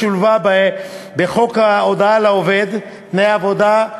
ששולבה בחוק הודעה לעובד (תנאי עבודה),